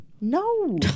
No